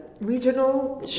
regional